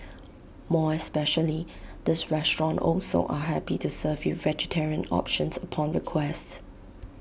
more especially this restaurant also are happy to serve you vegetarian options upon request